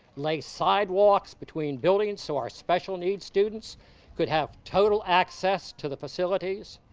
lay sidewalks between buildings so our special needs students could have total access to the facilities,